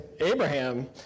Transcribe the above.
Abraham